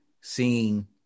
seeing